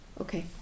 Okay